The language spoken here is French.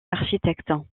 architecte